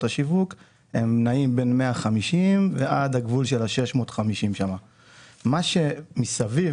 השיווק נעים בין 150 ועד הגבול של 650. מה שמסביב,